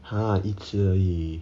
!huh! 一次而已